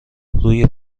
روی